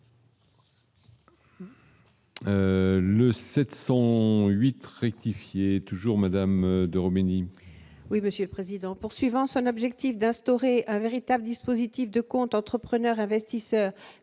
dont 8 rectifier toujours madame de Khomeiny. Oui, Monsieur le Président, poursuivant son objectif d'instaurer un véritable dispositif de compte entrepreneur investisseur